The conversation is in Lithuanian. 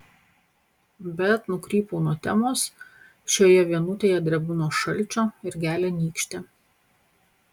bet nukrypau nuo temos šioje vienutėje drebu nuo šalčio ir gelia nykštį